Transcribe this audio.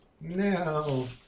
No